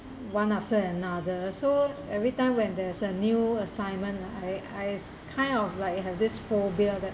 one after another so every time when there's a new assignment ah I I kind of like have this phobia that